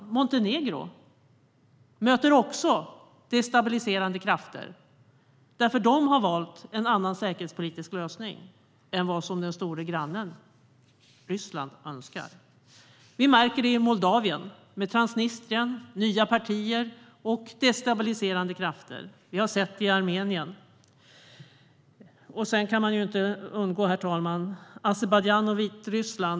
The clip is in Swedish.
Också Montenegro möter destabiliserande krafter för att de valt en annan säkerhetspolitisk lösning än den som den stora grannen Ryssland önskar. Vi märker det i Moldavien med Transnistrien, nya partier och destabiliserande krafter. Vi har sett det i Armenien. Inte heller kan vi undgå att nämna Azerbajdzjan och Vitryssland.